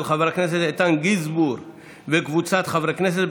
של חבר הכנסת איתן גינזבורג וקבוצת חברי הכנסת,